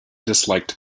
disliked